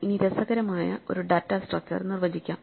ഇനി രസകരമായ ഒരു ഡാറ്റാ സ്ട്രക്ചർ നിർവചിക്കാം